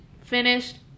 finished